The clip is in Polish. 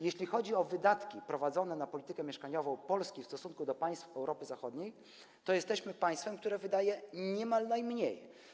Jeśli chodzi o wydatki na politykę mieszkaniową Polski, to w stosunku do państw Europy Zachodniej jesteśmy państwem, które wydaje niemal najmniej.